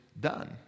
done